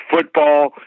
football